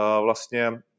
vlastně